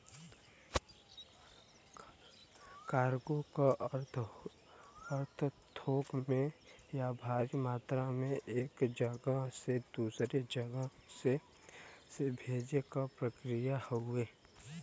cargo क अर्थ थोक में या भारी मात्रा में एक जगह से दूसरे जगह से भेजे क प्रक्रिया हउवे